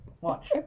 Watch